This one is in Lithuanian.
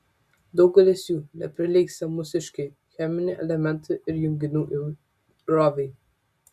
daugelis jų neprilygsta mūsiškei cheminių elementų ir junginių įvairove